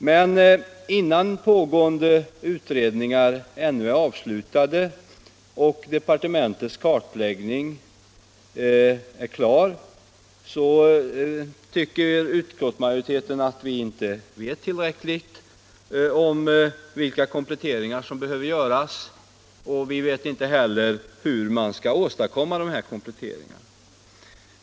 Men innan pågående utredningar ännu är avslutade och departementets kartläggning är klar så tycker utskottsmajoriteten att vi inte vet tillräckligt om vilka kompletteringar som behöver göras. Vi vet inte heller hur man skall åstadkomma dessa kompletteringar.